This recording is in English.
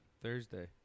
Thursday